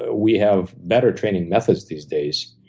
we have better training methods these days,